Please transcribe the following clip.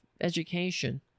education